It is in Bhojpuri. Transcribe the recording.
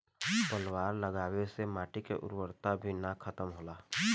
पलवार लगावे से माटी के उर्वरता भी ना खतम होला